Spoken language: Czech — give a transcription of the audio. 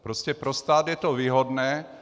Prostě pro stát je to výhodné.